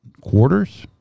quarters